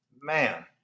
Man